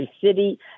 city